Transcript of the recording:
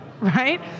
right